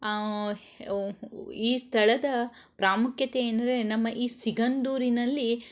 ಈ ಸ್ಥಳದ ಪ್ರಾಮುಖ್ಯತೆ ಎಂದ್ರೆ ನಮ್ಮ ಈ ಸಿಗಂದೂರಿನಲ್ಲಿ